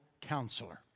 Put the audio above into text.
Counselor